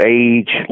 age